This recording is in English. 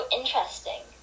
interesting